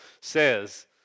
says